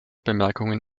bemerkungen